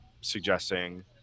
suggesting